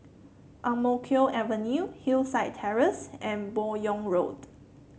Ang Mo Kio Avenue Hillside Terrace and Buyong Road